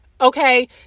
okay